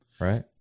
Right